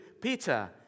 Peter